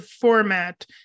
format